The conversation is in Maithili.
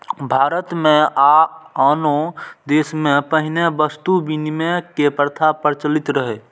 भारत मे आ आनो देश मे पहिने वस्तु विनिमय के प्रथा प्रचलित रहै